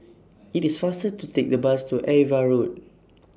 IT IS faster to Take The Bus to AVA Road